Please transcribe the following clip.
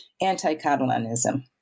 anti-Catalanism